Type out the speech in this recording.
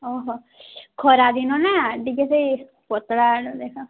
ଓହୋ ଖରାଦିନ ନା ଟିକିଏ ସେଇ ପତଳାର ଦେଖାଅ